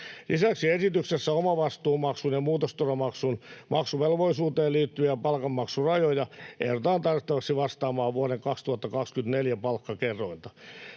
Lisäksi esityksessä omavastuumaksun ja muutosturvamaksun maksuvelvollisuuteen liittyviä palkanmaksun rajoja ehdotetaan tarkistettaviksi vastaamaan vuoden 2024 palkkakerrointa.